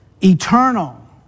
eternal